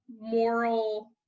moral